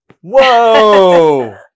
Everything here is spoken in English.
Whoa